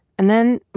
and then